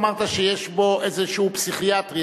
אמרת שיש בו איזה פגם פסיכיאטרי.